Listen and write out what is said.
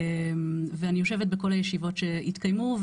אני יושבת בכל הישיבות שהתקיימו,